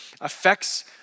affects